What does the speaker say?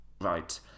right